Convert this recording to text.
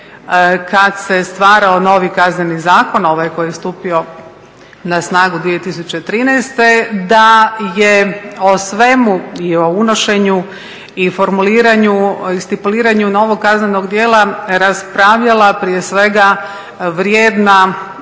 kad se stvarao novi Kazneni zakon, ovaj koji je stupio na snagu 2013. da je o svemu i o unošenju i formuliranju i stipuliranju novog kaznenog djela raspravljala prije svega vrijedna